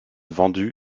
vendu